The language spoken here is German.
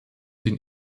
den